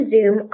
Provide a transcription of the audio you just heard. Zoom